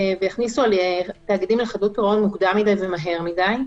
ויכניסו תאגידים לתהליכי חדלות פירעון מוקדם מדיי ומהר מדיי.